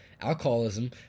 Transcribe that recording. alcoholism